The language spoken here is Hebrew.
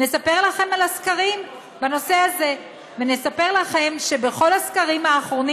נספר לכם על הסקרים בנושא הזה ונספר לכם שבכל הסקרים האחרונים